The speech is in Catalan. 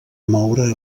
moure